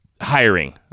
hiring